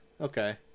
Okay